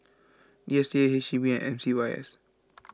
D S T A H E B and M C Y S